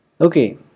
Okay